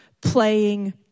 Playing